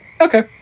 okay